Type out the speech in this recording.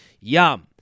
Yum